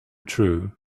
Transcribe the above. true